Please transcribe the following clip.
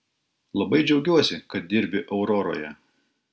labai džiaugiuosi kad dirbi auroroje